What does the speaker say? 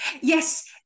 Yes